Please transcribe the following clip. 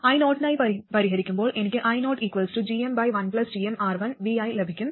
io നായി പരിഹരിക്കുമ്പോൾ എനിക്ക് iogm1gmR1vi ലഭിക്കും